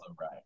right